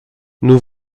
nous